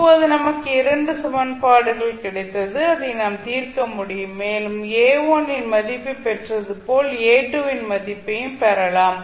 இப்போது நமக்கு 2 சமன்பாடுகள் கிடைத்தது அதை நாம் தீர்க்க முடியும் மேலும் A1 இன் மதிப்பை பெற்றதைப் போல A2 இன் மதிப்பையும் பெறலாம்